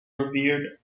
revered